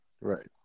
Right